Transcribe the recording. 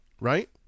Right